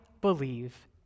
believe